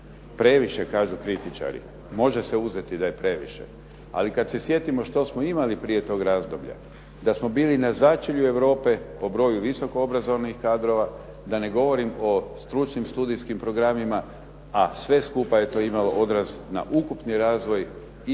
Previše kažu kritičari, može se uzeti da je previše ali kad se sjetimo što smo imali prije tog razdoblja i da smo bili na začelju Europske po broju visoko obrazovanih kadrova da ne govorim o stručnim studijskim programima a sve skupa je to imalo odraz na ukupni razvoj i